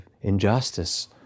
injustice